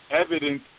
evidence